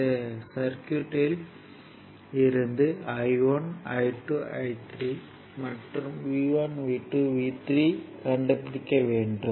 இந்த சர்க்யூட்யில் இருந்து I1 I2I3 மற்றும் V1V2V3 ஐ கண்டுபிடிக்க வேண்டும்